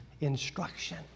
instruction